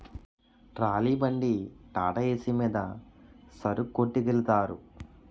trolley బండి టాటాఏసి మీద సరుకొట్టికెలతారు